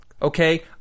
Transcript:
Okay